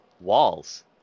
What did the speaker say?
walls